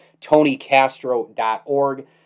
TonyCastro.org